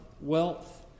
wealth